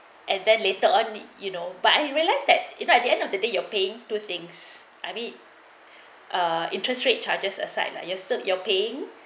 and then later on the you know but I realise that you know at the end of the day you are paying two things I mean uh interest rate charges aside lah your you're paying